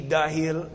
dahil